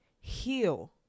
heal